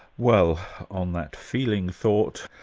well on that feeling thought,